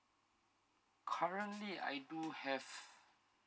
currently I do have